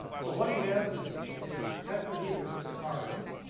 so what he has is is tetrahedra for the carbons.